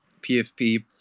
PFP